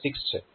6 છે